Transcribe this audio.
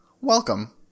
Welcome